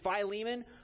Philemon